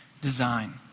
design